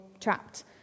trapped